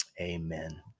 Amen